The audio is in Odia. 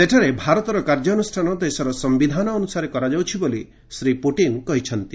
ସେଠାରେ ଭାରତର କାର୍ଯ୍ୟାନୁଷ୍ଠାନ ଦେଶର ସମ୍ଭିଧାନ ଅନୁସାରେ କରାଯାଉଛି ବୋଲି ଶ୍ରୀ ପୁଟିନ କହିଚ୍ଚନ୍ତି